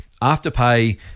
Afterpay